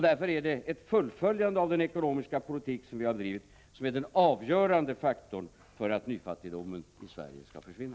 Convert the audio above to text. Därför är det ett fullföljande av den ekonomiska politik som vi bedrivit som är den avgörande faktorn för att nyfattigdomen i Sverige skall försvinna.